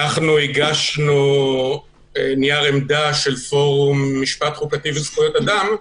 הגשנו נייר עמדה של פורום משפט חוקתי וזכויות אדם.